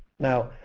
now,